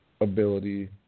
ability